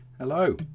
Hello